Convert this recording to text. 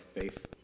faith